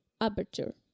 aperture